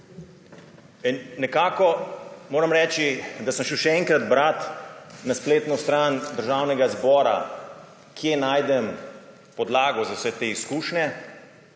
Moram reči, da sem šel še enkrat brat na spletno stran Državnega zbora, kje najdem podlago za vse te izkušnje,